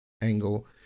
angle